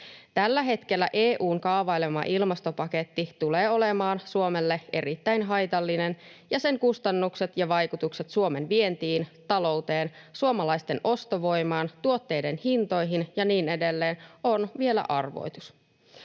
Tällä hetkellä EU:n kaavailema ilmastopaketti tulee olemaan Suomelle erittäin haitallinen, ja sen kustannukset ja vaikutukset Suomen vientiin, talouteen, suomalaisten ostovoimaan, tuotteiden hintoihin ja niin edelleen ovat vielä arvoitus.